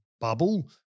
bubble